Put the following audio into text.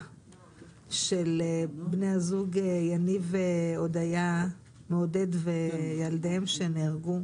של בני הזוג יניב ואודיה ועודד וילדיהם שנהרגו,